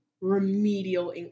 remedial